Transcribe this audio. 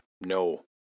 No